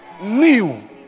New